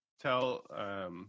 Tell